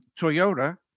Toyota